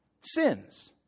Sins